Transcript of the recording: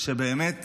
שבאמת